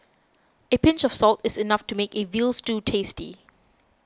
a pinch of salt is enough to make a Veal Stew tasty